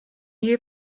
you